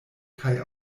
kaj